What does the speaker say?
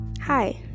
Hi